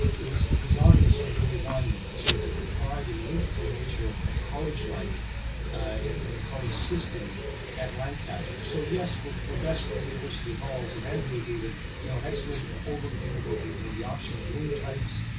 it was it was obvious from day one sort of that the pride and the intricate nature of of college life and and the college system at lancaster. so yes, we're we're best university halls and andrea gave and you know an excellent overview of of the you know the option of room types,